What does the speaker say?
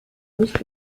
nicht